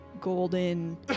golden